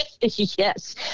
Yes